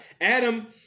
Adam